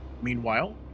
Meanwhile